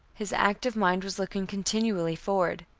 his active mind was looking continually forward.